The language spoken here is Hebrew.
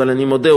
אבל אני מודה,